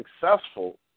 successful